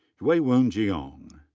hyewon jeon.